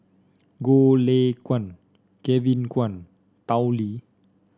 Goh Lay Kuan Kevin Kwan Tao Li